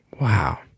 Wow